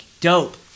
dope